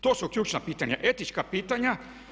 To su ključna pitanja, etička pitanja.